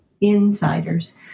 insiders